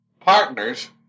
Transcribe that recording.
partners